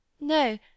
No